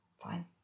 Fine